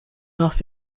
off